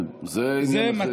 זה עניין אחר.